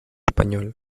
español